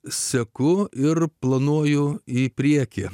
seku ir planuoju į priekį